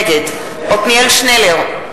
נגד עתניאל שנלר,